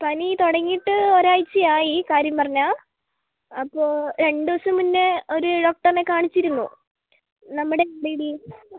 പനി തുടങ്ങിയിട്ട് ഒരാഴ്ച ആയി കാര്യം പറഞ്ഞാൽ അപ്പോൾ രണ്ട് ദിവസം മുന്നേ ഒരു ഡോക്ടറിനെ കാണിച്ചിരുന്നു നമ്മുടെ